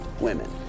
women